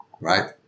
Right